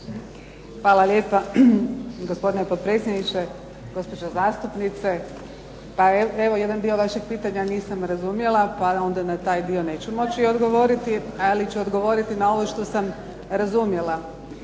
Hvala lijepa. Gospodine potpredsjedniče, gospođo zastupnice. Pa evo jedan dio vašeg pitanja nisam razumjela, pa onda na taj dio neću moći odgovoriti. Ali ću odgovoriti na ovo što sam razumjela.